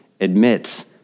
admits